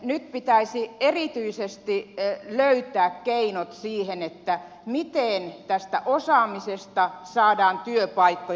nyt pitäisi erityisesti löytää keinot siihen miten tästä osaamisesta saadaan työpaikkoja